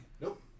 Nope